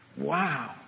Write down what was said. wow